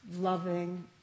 loving